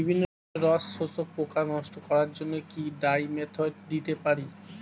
বিভিন্ন রস শোষক পোকা নষ্ট করার জন্য কি ডাইমিথোয়েট দিতে পারি?